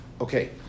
okay